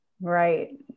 Right